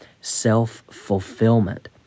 self-fulfillment